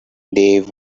they